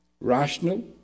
rational